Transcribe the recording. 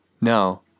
No